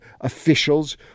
officials